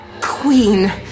Queen